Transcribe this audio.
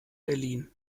berlin